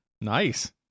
Nice